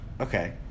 okay